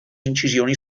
incisioni